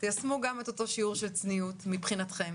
תיישמו גם את אותו שיעור של צניעות מבחינתכם